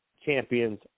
champions